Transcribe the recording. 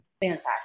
Fantastic